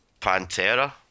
Pantera